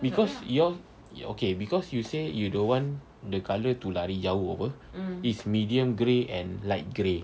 because your okay because you said you don't want the colour to lari jauh [pe] it's medium grey and light grey